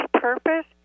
purpose